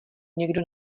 někdo